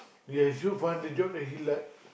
yeah it's good fun did you know that he like